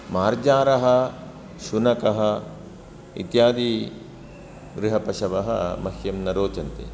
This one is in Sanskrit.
मार्जारः शुनकः इत्यादि गृहपशवः मह्यं न रोचन्ते